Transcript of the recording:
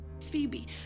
Phoebe